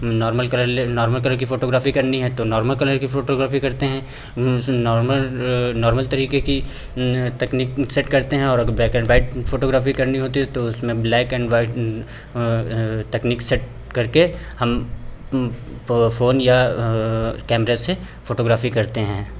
normal colour ले normal colour की photography करनी है तो नॉर्मल कलर की फ़ोटोग्राफ़ी करते हैं उंह जैसे नॉर्मल नॉर्मल तरीके की तकनीक सेट करते हैं और अगर ब्लैक एन वाइट फ़ोटोग्राफ़ी करनी होती है तो उसमें ब्लैक ऐन व्हाइट तकनीक सेट करके हम फ़ोन या कैमरे से फ़ोटोग्राफ़ी करते हैं